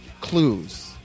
Clues